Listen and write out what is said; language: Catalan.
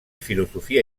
filosofia